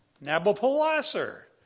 Nabopolassar